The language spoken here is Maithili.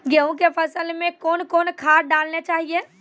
गेहूँ के फसल मे कौन कौन खाद डालने चाहिए?